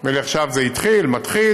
ועכשיו זה מתחיל.